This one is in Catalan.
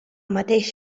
mateix